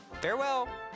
Farewell